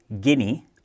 Guinea